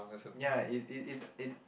ya it it it it